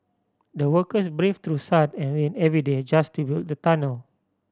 the workers braved through sun and rain every day just to build the tunnel